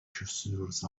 chaussures